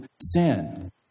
sin